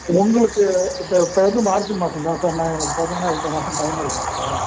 உங்களுக்கு இப்போ இப்போ வந்து மார்ச் மாதம் தான் சார் நான் எனக்கு பார்த்தீங்கன்னா ரெண்டு மாதம் டைம் இருக்குது சார்